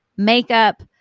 Makeup